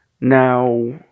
Now